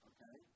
Okay